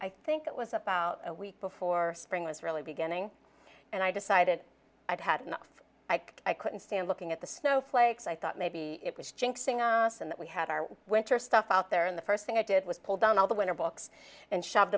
right i think it was about a week before spring was really beginning and i decided i'd had enough i couldn't stand looking at the snowflakes i thought maybe it was chinks and that we had our winter stuff out there in the first thing i did was pull down all the winter books and shove